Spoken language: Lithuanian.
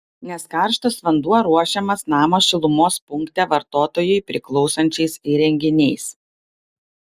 nes karštas vanduo ruošiamas namo šilumos punkte vartotojui priklausančiais įrenginiais